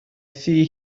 thŷ